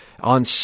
on